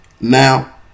Now